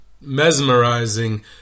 mesmerizing